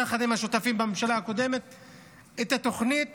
יחד עם השותפים בממשלה הקודמת, את התוכנית